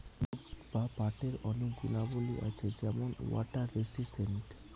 jute বা পাটের অনেক গুণাবলী আছে যেমন ওয়াটার রেসিস্টেন্ট